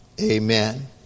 Amen